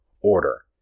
order